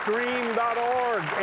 Stream.org